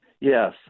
Yes